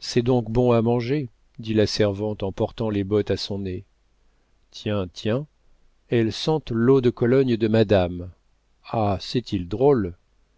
c'est donc bon à manger dit la servante en portant les bottes à son nez tiens tiens elles sentent l'eau de cologne de madame ah c'est-il drôle